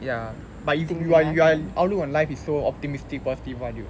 ya but if you're you are outlook on life is so optimistic positive [one] dude